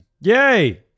Yay